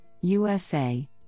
USA